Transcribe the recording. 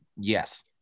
Yes